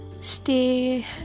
stay